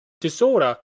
disorder